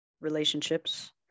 relationships